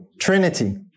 Trinity